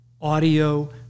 audio